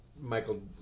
Michael